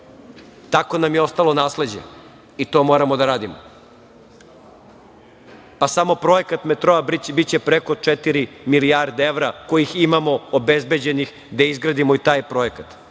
tako nam je ostalo nasleđe i to moramo da radimo. Samo projekat metroa biće preko četiri milijarde evra, kojih imamo obezbeđenih da izgradimo i taj projekat